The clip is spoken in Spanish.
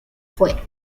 fue